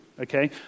okay